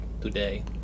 today